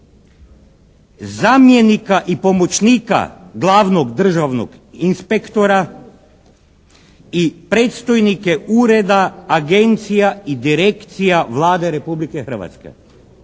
zamjenika i pomoćnika Glavnog državnog inspektora i predstojnike ureda, agencija i direkcija Vlade Republike Hrvatske.